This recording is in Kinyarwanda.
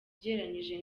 ugereranyije